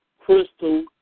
Crystal